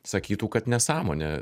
sakytų kad nesąmonė